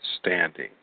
standing